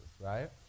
right